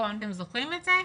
אתם זוכרים את זה?